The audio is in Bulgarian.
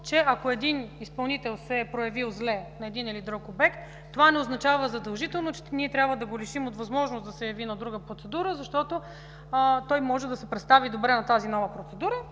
че ако един изпълнител се е проявил зле на един или друг обект, това не означава задължително, че трябва да го лишим от възможност да се яви на друга процедура, защото той може да се представи добре на тази нова процедура.